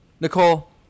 Nicole